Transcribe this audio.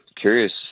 curious